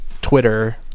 Twitter